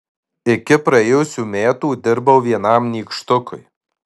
iki praėjusių metų dirbau vienam nykštukui